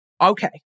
Okay